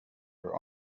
for